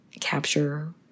capture